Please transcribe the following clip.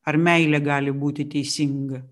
ar meilė gali būti teisinga